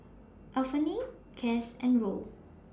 Anfernee Cass and Roe